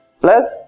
plus